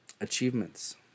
achievements